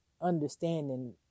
understanding